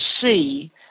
see